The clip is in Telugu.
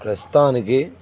ప్రస్తుతానికి